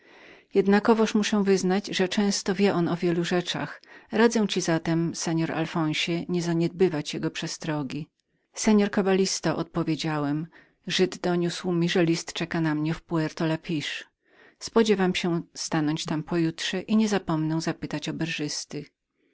jednakowoż muszę wyznać że często wie on o wielu rzeczach radzę ci zatem panie alfonsie nie zaniedbywać jego przestrogi mości kabalisto odpowiedziałem żyd doniósł mi że list czeka mnie w puerto lapiche spodziewam się tam po jutrze stanąć i niezapomnę zapytać